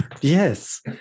Yes